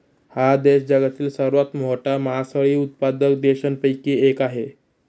हा देश जगातील सर्वात मोठा मासळी उत्पादक देशांपैकी एक आहे